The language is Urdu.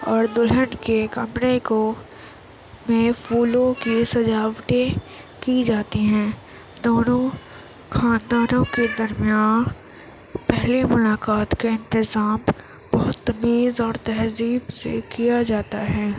اور دلہن کے کمرے کو نئے پھولوں کی سجاوٹیں کی جاتی ہیں دونوں خاندانوں کے درمیان پہلے ملاقات کے انتظام بہت تمیز اور تہذیب سے کیا جاتا ہے